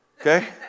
okay